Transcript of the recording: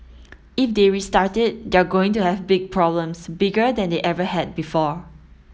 if they restart it they're going to have big problems bigger than they ever had before